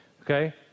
okay